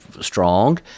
strong